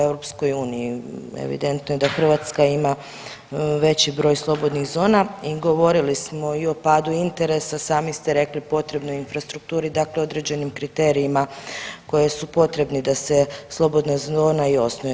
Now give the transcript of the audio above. Evidentno je da Hrvatska ima veći broj slobodnih zona i govorili smo i o padu interesa, sami ste rekli potrebnoj infrastrukturi, dakle određenim kriterijima koji su potrebni da se slobodna zona i osnuje.